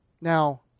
Now